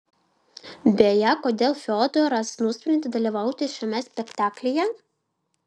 beje kodėl fiodoras nusprendė dalyvauti šiame spektaklyje